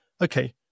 okay